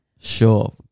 Sure